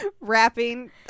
rapping